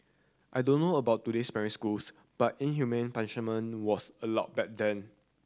I don't know about today's primary schools but inhumane punishment was allowed back then